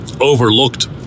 overlooked